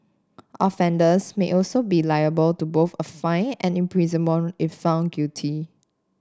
offenders may also be liable to both a fine and imprisonment if found guilty